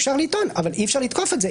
אפשר לטעון אבל אי אפשר לתקוף את זה.